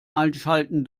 einschalten